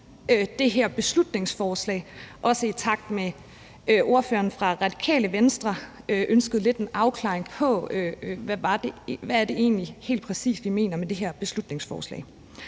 det her beslutningsforslag, også i takt med at ordføreren for Radikale Venstre har ønsket lidt en afklaring på, hvad det er, vi helt præcist mener med det her beslutningsforslag.